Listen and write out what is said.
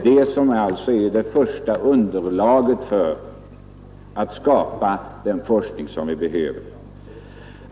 Detta är alltså det första underlaget för att skapa den forskning som vi behöver.